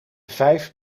vijf